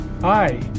hi